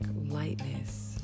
lightness